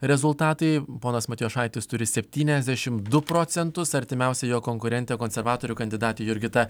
rezultatai ponas matijošaitis turi septyniasdešimt du procentus artimiausia jo konkurentė konservatorių kandidatė jurgita